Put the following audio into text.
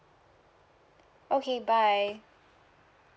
okay bye